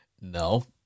No